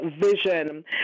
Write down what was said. vision